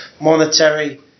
monetary